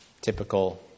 typical